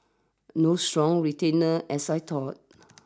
no strong retainers as I thought